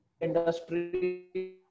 industry